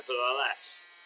nevertheless